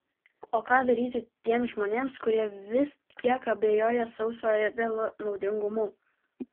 o ką daryti tiems žmonėms kurie vis tiek abejoja sauso ėdalo naudingumu